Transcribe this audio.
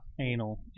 anal